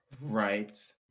Right